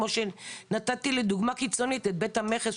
כמו שנתתי כדוגמה קיצונית את בית המכס,